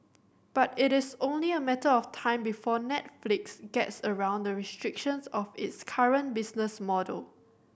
but it is only a matter of time before Netflix gets around the restrictions of its current business model